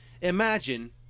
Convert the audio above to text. imagine